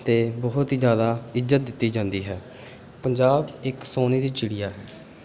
ਅਤੇ ਬਹੁਤ ਹੀ ਜ਼ਿਆਦਾ ਇੱਜਤ ਦਿੱਤੀ ਜਾਂਦੀ ਹੈ ਪੰਜਾਬ ਇੱਕ ਸੋਨੇ ਦੀ ਚਿੜੀਆ ਹੈ